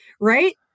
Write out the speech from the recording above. right